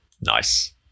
nice